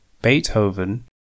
Beethoven